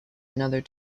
another